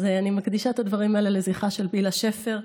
אז אני מקדישה את הדברים האלה לזכרה של בלהה שפר.